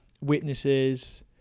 witnesses